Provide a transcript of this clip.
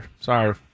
sorry